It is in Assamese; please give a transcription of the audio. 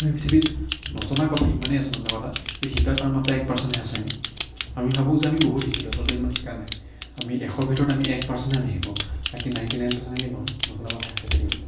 আমাৰ পৃথিৱীত নজনা কথা ইমানেই আছে নজনা কথা যে শিকা তাৰ মাত্ৰ এক পাৰ্চেণ্টটোহে আছে আমি ভাবোঁ যে আমি বহুত শিকিলোঁ আচলতে ইমান শিকা নাই আমি এশৰ ভিতৰত আমি এক পাৰ্চেণ্টহে আমি শিকোঁ বাকী নাইণ্টি নাইন পাৰ্চেণ্ট আমি নজনা কথাই আছে পৃথিৱীত